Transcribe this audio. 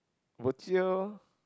bo jio